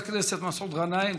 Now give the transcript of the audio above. חבר הכנסת מסעוד גנאים,